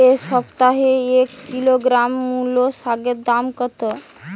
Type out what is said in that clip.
এ সপ্তাহে এক কিলোগ্রাম মুলো শাকের দাম কত?